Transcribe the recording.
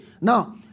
Now